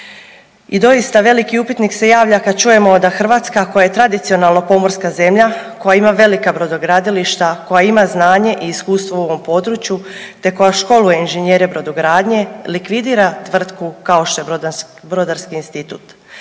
I doista veliki upitnik se javlja kad čujemo da Hrvatska koja je tradicionalno pomorska zemlja koja ima velika brodogradilišta, koja ima znanje i iskustvo u ovom području te koja školuje inženjere brodogradnje likvidira tvrtku kao što je Brodarski institut.